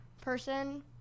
person